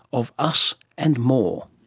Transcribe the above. of us, and more.